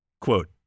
Quote